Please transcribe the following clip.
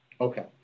Okay